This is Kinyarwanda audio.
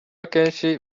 akenshi